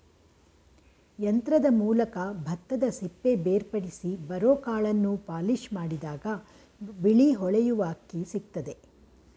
ಯಂತ್ರದ ಮೂಲಕ ಭತ್ತದಸಿಪ್ಪೆ ಬೇರ್ಪಡಿಸಿ ಬರೋಕಾಳನ್ನು ಪಾಲಿಷ್ಮಾಡಿದಾಗ ಬಿಳಿ ಹೊಳೆಯುವ ಅಕ್ಕಿ ಸಿಕ್ತದೆ